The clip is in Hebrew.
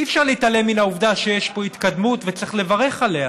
אי-אפשר להתעלם מהעובדה שיש פה התקדמות וצריך לברך אותה,